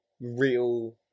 real